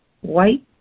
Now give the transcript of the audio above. white